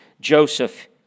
Joseph